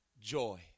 joy